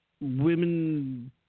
women